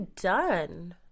done